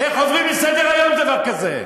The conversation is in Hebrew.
איך עוברים לסדר-היום עם דבר כזה?